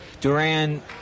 Duran